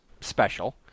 special